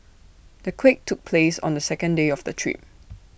the quake took place on the second day of the trip